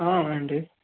అవునండి